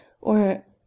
or—